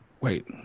wait